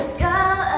go